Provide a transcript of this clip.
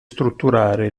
strutturare